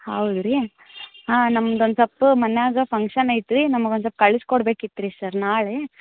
ಹೌದು ರೀ ಹಾಂ ನಮ್ದೊಂದು ಸಲ್ಪು ಮನೆಯಾಗ ಫಂಕ್ಷನ್ ಐತೆ ರೀ ನಮಗೆ ಒಂದು ಸಲ್ಪ್ ಕಳಸ್ಕೊಡ್ಬೇಕಿತ್ತು ರೀ ಸರ್ ನಾಳೆ